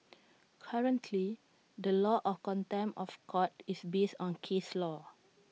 currently the law of contempt of court is based on case law